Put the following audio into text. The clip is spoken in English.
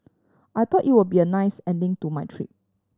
I thought it would be a nice ending to my trip